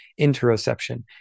interoception